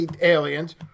aliens